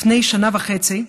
לפני שנה וחצי,